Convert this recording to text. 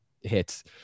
hits